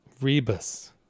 rebus